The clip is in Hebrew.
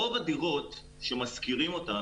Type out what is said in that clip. רוב הדירות שמשכירים אותן,